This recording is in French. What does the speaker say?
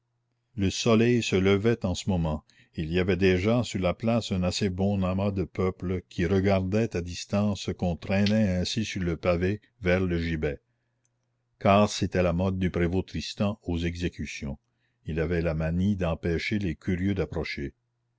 le soleil se levait en ce moment et il y avait déjà sur la place un assez bon amas de peuple qui regardait à distance ce qu'on traînait ainsi sur le pavé vers le gibet car c'était la mode du prévôt tristan aux exécutions il avait la manie d'empêcher les curieux d'approcher